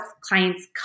clients